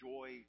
Joy